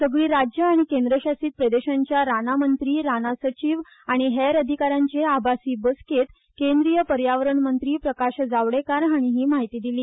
सगली राज्यां आनी केंद्र शासीत प्रदेशांच्या रानां मंत्री रानां सचिव आनी हेर अधिकाऱ्यांचे आभासी बसकेंत केंद्रिय पर्यावरण मंत्री प्रकाश जावडेकार हाणी ही म्हायती दिली